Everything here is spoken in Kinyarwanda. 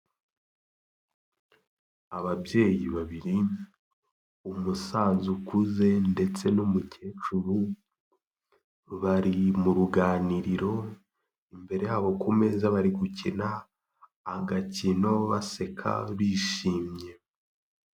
Ababyeyi babiri: umusaza ukuze ndetse n'umukecuru bari mu ruganiriro, imbere habo ku meza bari gukina agakino baseka, bishimye.